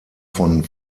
von